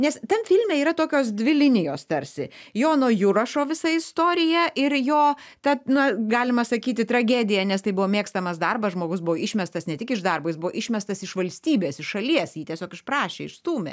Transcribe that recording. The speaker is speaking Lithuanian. nes tam filme yra tokios dvi linijos tarsi jono jurašo visa istorija ir jo tad na galima sakyti tragedija nes tai buvo mėgstamas darbas žmogus buvo išmestas ne tik iš darbo jis buvo išmestas iš valstybės iš šalies jį tiesiog išprašė išstūmė